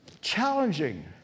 challenging